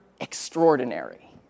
extraordinary